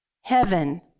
Heaven